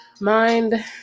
mind